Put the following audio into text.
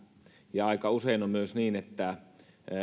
ja aika usein on myös niin että